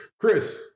Chris